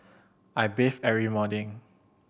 I bathe every morning